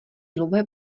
dlouhé